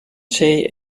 zee